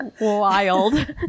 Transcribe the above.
Wild